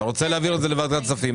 אתה רוצה להעביר את זה לוועדת כספים,